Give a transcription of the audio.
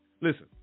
Listen